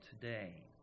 today